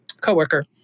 co-worker